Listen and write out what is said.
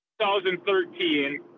2013